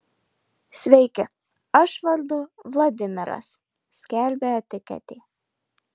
sveiki aš vardu vladimiras skelbia etiketė